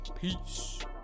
Peace